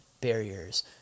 barriers